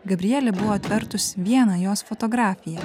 gabrielė buvo atvertusi vieną jos fotografiją